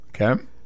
Okay